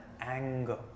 anger